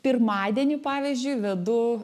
pirmadienį pavyzdžiui vedu